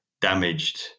damaged